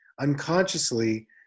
Unconsciously